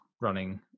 running